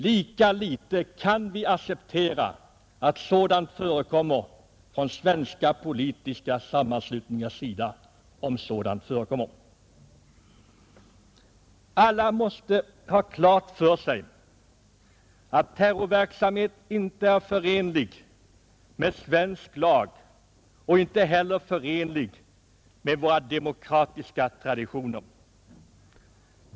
Lika litet kan vi acceptera att sådant förekommer från svenska politiska sammanslutningars sida. Alla måste få klart för sig, att terrorverksamhet inte är förenlig med svensk lag och inte heller förenlig med våra demokratiska traditioner.